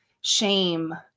shame